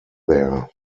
there